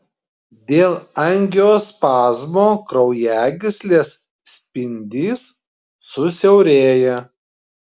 dėl angiospazmo kraujagyslės spindis susiaurėja